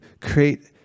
create